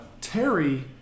Terry